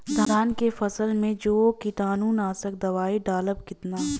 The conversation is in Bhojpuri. धान के फसल मे जो कीटानु नाशक दवाई डालब कितना?